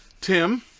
tim